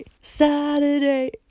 Saturday